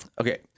Okay